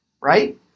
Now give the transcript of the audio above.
right